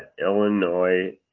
Illinois